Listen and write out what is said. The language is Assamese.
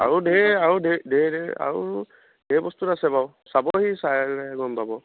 আৰু ঢেৰ আৰু ঢে ঢেৰ ঢেৰ আৰু ঢেৰ বস্তুত আছে বাৰু চাবহি চালে গম পাব